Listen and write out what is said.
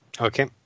Okay